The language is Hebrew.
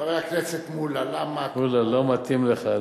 חבר הכנסת מולה, למה, מולה, לא מתאים לך.